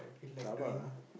Rabak ah